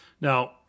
Now